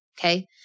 Okay